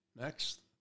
Next